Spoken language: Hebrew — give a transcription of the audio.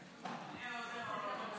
אינו נוכח יואב בן